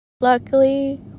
Luckily